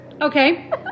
okay